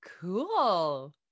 Cool